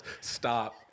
Stop